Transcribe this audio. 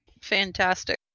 Fantastic